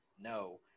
No